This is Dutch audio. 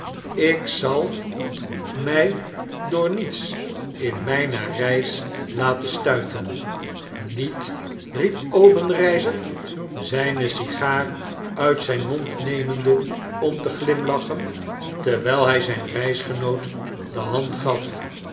ik zal my door niets in mijne reis laten stuiten niet riep obenreizer zyne sigaar uit zyn mond nemende om te glimlachen terwyl hy zyn reisgenoot de hand gaf